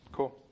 Cool